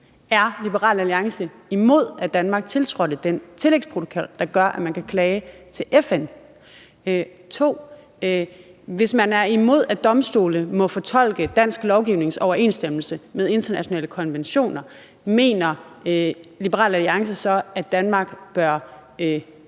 Er Liberal Alliance imod, at Danmark tiltrådte den tillægsprotokol, der gør, at man kan klage til FN? 2) Hvis man er imod, at domstole må fortolke dansk lovgivnings overensstemmelse med internationale konventioner, mener Liberal Alliance så, at Danmark